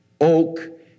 oak